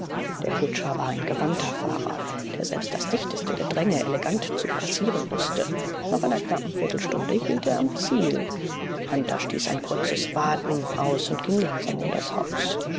der kutscher war ein gewandter fahrer der selbst das dichteste gedränge elegant zu passieren wußte nach einer knappen viertelstunde hielt er am ziel hunter stieß ein kurzes warten aus und ging langsam um das haus